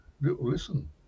listen